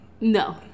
No